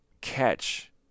catch